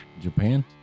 Japan